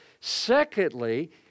Secondly